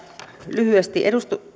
lyhyesti